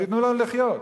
שייתנו לנו לחיות.